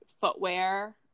footwear